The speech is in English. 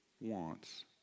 wants